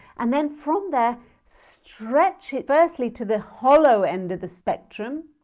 and then from there, stretch it firstly to the hollow end of the spectrum.